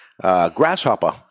Grasshopper